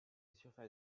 surface